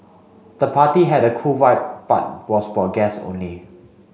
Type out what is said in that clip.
the party had a cool vibe but was for guests only